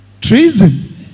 Treason